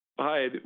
Hi